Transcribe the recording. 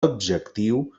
objectiu